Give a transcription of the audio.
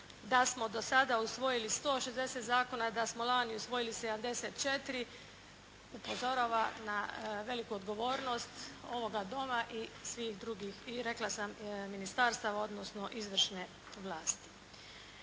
da smo do sada usvojili 160 zakona, da smo lani usvojili 74. Upozorava na veliku odgovornost ovoga Doma i svih drugih i rekla sam ministarstava odnosno izvršne vlasti.